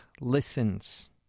listens